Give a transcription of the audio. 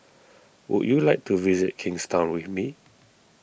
would you like to visit Kingstown with me